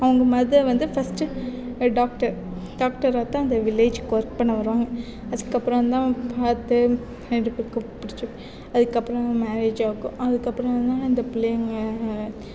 அவங்க மதர் வந்து first doctor டாக்டராகதான் ஒர்க் பண்ண வருவாங்க அதுக்கப்புறம் தான் பார்த்து ரெண்டு பேருக்கும் பிடிச்சி அதுக்கப்புறம் மேரேஜ் ஆகும் அதுக்கப்புறம் தான் இந்த பிள்ளைங்க